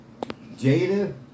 Jada